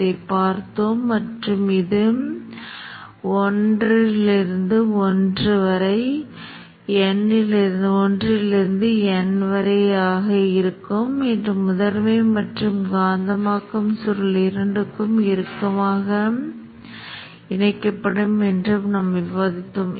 இப்போது உருவகப்படுத்துதல் முடிந்துவிட்டது மேலும் பின்னணி வண்ணத்தை வெண்மையாக அமைக்கிறேன் முன்புற வண்ணத்தை கருப்பு நிறத்திற்கு சமமாக அமைக்கிறேன்